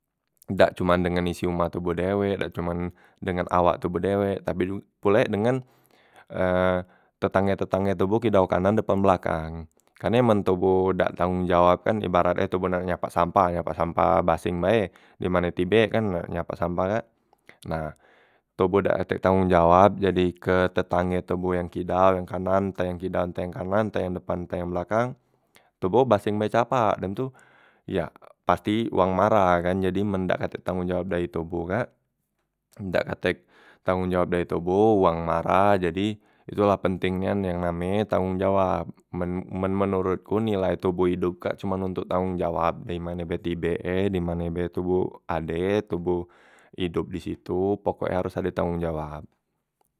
Dak cuman dengan isi umah toboh dewek, dak cuma dengan awak toboh dewek tapi jug pule dengan e tetangge- tentangge toboh kidau kanan, depan belakang. Karne men toboh dak tanggong jawab kan ibarat e toboh nak nyapak sampah, nyapak sampah baseng bae dimane tibe kan nyapak sampah kak nah toboh dak katek tanggong jawab jadi ke tetangge toboh yang kidau yang kanan entah yang kidau yang kanan entah yang depan entah yang belakang toboh baseng be capak, dem tu ya pasti wong marah kan jadi men dak katek tanggong jawab dai toboh kak dak katek tanggong jawab dai toboh wang marah jadi itu la penting nian yang name e tanggong jawab, men men menurutku ni nilai toboh kak cuman untok tanggong jawab, dari mane be tibe e, dimane be toboh ade toboh idop disitu pokok e harus ade tanggong jawab.